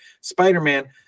spider-man